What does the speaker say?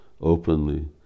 openly